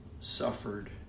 suffered